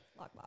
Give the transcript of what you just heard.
Lockbox